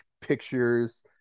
pictures